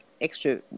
extra